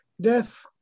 death